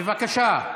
בבקשה.